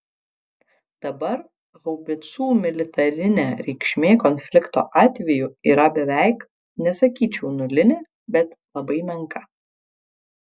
dabar haubicų militarinė reikšmė konflikto atveju yra beveik nesakyčiau nulinė bet labai menka